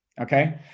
Okay